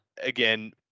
again